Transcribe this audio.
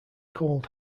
cold